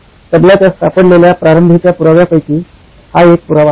"तबला" च्या सापडलेल्या प्रारंभीच्या पुराव्यांपैकी हा एक पुरावा आहे